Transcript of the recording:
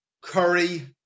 Curry